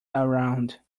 around